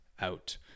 out